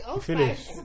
finish